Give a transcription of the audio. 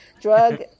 drug